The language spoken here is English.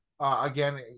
again